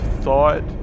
thought